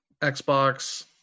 Xbox